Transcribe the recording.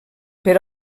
per